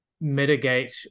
mitigate